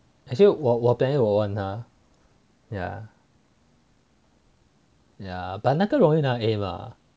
actually 我我我 planning to 问他 yeah yeah yeah but 那容易拿 a mah